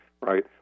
right